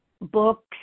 books